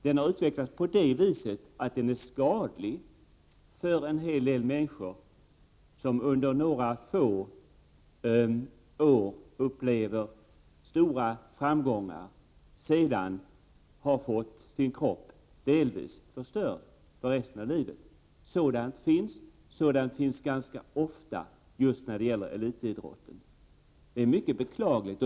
Den har utvecklats på det viset att den är skadlig för en hel del människor, som under några få år upplever stora framgångar men har fått sin kropp delvis förstörd för resten av livet. Sådant förekommer och förekommer ganska ofta inom elitidrotten. Det är mycket beklagligt.